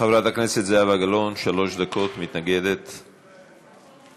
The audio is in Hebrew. חברת הכנסת זהבה גלאון, שלוש דקות, מתנגדת, בבקשה.